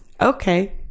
okay